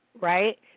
right